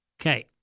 Okay